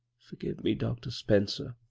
forgive me, dr. spencer